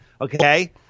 Okay